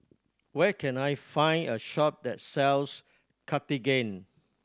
where can I find a shop that sells Cartigain